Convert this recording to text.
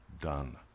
done